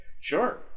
sure